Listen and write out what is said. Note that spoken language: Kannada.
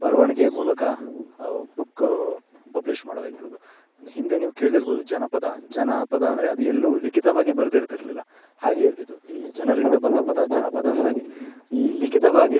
ಬರವಣಿಗೆ ಮೂಲಕ ಬುಕ್ಕ ಪಬ್ಲಿಷ್ ಮಾಡೋದಾಗಿರ್ಬೋದು ಇದು ಹಿಂದೆ ನೀವು ಕೇಳಿರ್ಬೋದು ಜನಪದ ಜನಪದ ಅಂದರೆ ಅದು ಎಲ್ಲೂ ಲಿಖಿತವಾಗಿ ಬರೆದಿರ್ತಿರ್ಲಿಲ್ಲ ಹಾಗೆಯೇ ಇರ್ತಿತ್ತು ಈ ಜನರಿಂದ ಬಂದ ಪದ ಜಾನಪದ ಹಾಗೆ ಈ ಲಿಖಿತವಾಗಿ ವ್